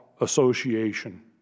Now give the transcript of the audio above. Association